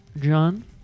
John